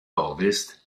ovest